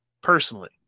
personally